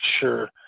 sure